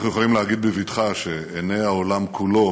אנחנו יכולים להגיד בבטחה שעיני העולם כולו